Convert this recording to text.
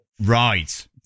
Right